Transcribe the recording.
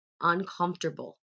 uncomfortable